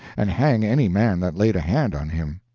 and hang any man that laid a hand on him.